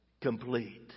complete